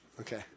okay